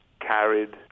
carried